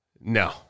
no